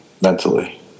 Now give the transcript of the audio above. mentally